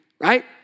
right